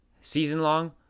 season-long